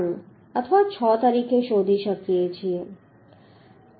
95 અથવા 6 તરીકે શોધી શકીએ છીએ